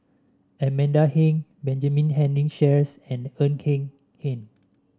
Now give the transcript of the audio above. Amanda Heng Benjamin Henry Sheares and Ng Eng Hen